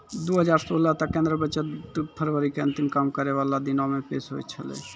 दु हजार सोलह तक केंद्रीय बजट फरवरी के अंतिम काम करै बाला दिनो मे पेश होय छलै